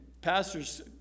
pastors